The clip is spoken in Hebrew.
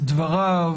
דבריו,